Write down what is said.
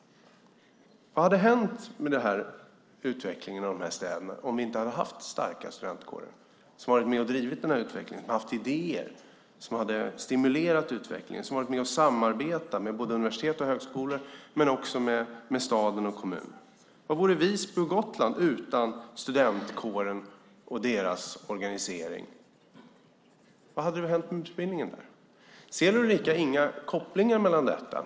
Vad hade hänt med utvecklingen av de här städerna om vi inte hade haft starka studentkårer som varit med och drivit och stimulerat utvecklingen, haft idéer och varit med och samarbetat med både universitet och högskolor, men också med stad och kommun? Vad vore Visby och Gotland utan studentkåren och deras organisering? Vad hade hänt med utbildningen där? Ser Ulrika inga kopplingar mellan detta?